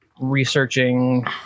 researching